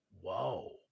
whoa